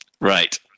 Right